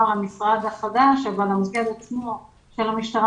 למשרד החדש אבל המוקד עצמו של המשטרה,